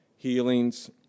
healings